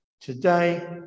Today